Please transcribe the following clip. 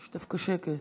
יש דווקא שקט.